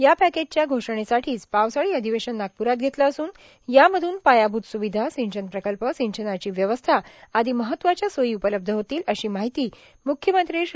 या पॅकेजच्या घोषणेसाठीच पावसाळी अधिवेशन नागपुरात घेतलं असून यामधून पायाभूत सुविधा सिंचन प्रकल्प सिंचनाची व्यवस्था आदी महत्वाच्या सोयी उपलब्ध होतील अशी माहिती मुख्यमंत्री श्री